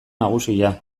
nagusia